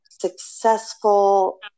successful